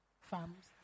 farms